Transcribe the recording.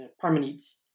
Parmenides